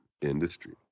Industry